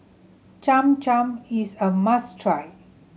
Cham Cham is a must try